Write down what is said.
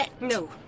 No